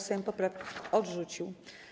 Sejm poprawkę odrzucił.